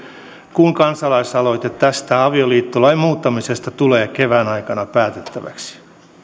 kun kansalaisaloite tästä avioliittolain muuttamisesta tulee kevään aikana päätettäväksi